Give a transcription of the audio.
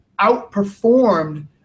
outperformed